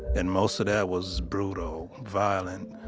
and most of that was brutal, violent.